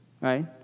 Right